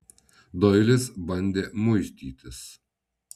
doilis bandė muistytis